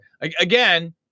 Again